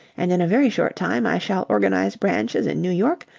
and in a very short time i shall organize branches in new york,